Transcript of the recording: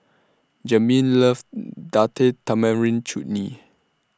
Jasmyn loves Date Tamarind Chutney